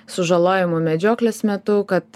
sužalojimų medžioklės metu kad